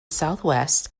southwest